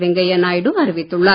வெங்கையா நாயுடு அறிவித்துள்ளார்